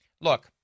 look